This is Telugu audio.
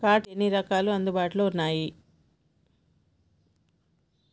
కార్డ్స్ ఎన్ని రకాలు అందుబాటులో ఉన్నయి?